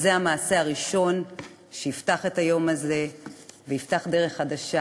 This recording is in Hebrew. וזה המעשה הראשון שיפתח את היום הזה ויפתח דרך חדשה.